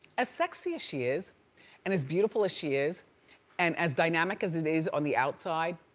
as sexy as she is and as beautiful as she is and as dynamic as it is on the outside.